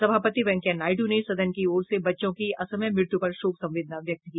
सभापति वेंकैया नायडू ने सदन की ओर से बच्चों की असमय मृत्यु पर शोक संवेदना व्यक्त की